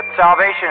salvation